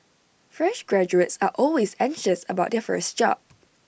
fresh graduates are always anxious about their first job